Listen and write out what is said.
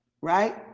Right